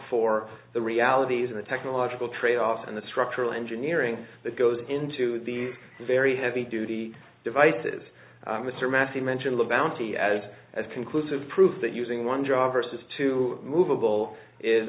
for the realities of the technological tradeoff in the structural engineering that goes into these very heavy duty devices mr massey mentioned live bounty as a conclusive proof that using one job versus two movable is